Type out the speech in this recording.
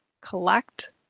collect